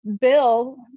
bill